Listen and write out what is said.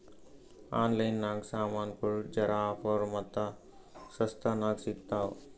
online ನಾಗ್ ಸಾಮಾನ್ಗೊಳ್ ಜರಾ ಆಫರ್ ಮತ್ತ ಸಸ್ತಾ ನಾಗ್ ಸಿಗ್ತಾವ್